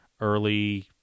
early